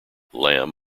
lam